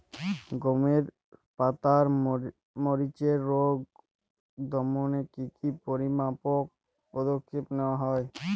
গমের পাতার মরিচের রোগ দমনে কি কি পরিমাপক পদক্ষেপ নেওয়া হয়?